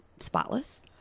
spotless